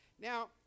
Now